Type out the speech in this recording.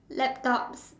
laptops